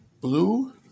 blue